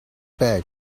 bag